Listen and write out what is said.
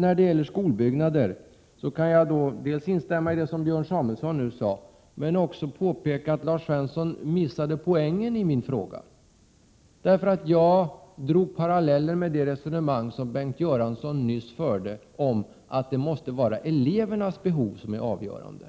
När det gäller skolbyggnader kan jag instämma i det Björn Samuelson nyss sade. Men jag vill också påpeka att Lars Svensson missade poängen i min fråga. Jag drog paralleller med det resonemang som Bengt Göransson nyss förde om att det måste vara elevernas behov som är avgörande.